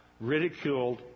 ridiculed